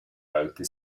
heute